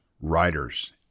writers